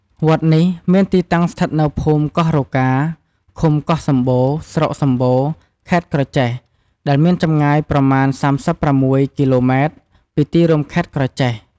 វត្តនេះមានទីតាំងស្ថិតនៅភូមិកោះរកា ឃុំកោះសំបូរ ស្រុកសំបូរ ខេត្តក្រចេះ ដែលមានចម្ងាយប្រមាណ ៣៦ គីឡូម៉ែត្រ ពីទីរួមខេត្តក្រចេះ ។